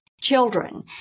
children